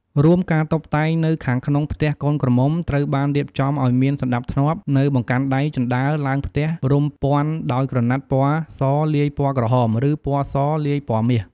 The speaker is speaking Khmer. រួមការតុបតែងនៅខាងក្នុងផ្ទះកូនក្រមុំ ត្រូវបានរៀបចំអោយមានសណ្តាប់ធ្នាប់ នៅបង្កាន់ដៃជណ្តើរឡើងផ្ទះរំព័ន្ធដោយក្រណាត់ពណ៌សលាយពណ៌ក្រហម ឬ ពណ៌សលាយពណ៌មាស។